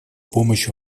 помощь